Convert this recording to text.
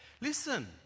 Listen